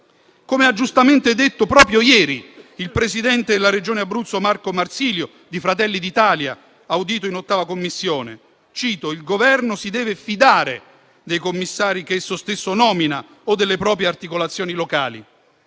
come ha giustamente detto proprio ieri il presidente della Regione Abruzzo, Marco Marsilio, di Fratelli d'Italia, audito in 8a Commissione. Egli ha detto che il Governo si deve fidare dei commissari che esso stesso nomina o delle proprie articolazioni locali.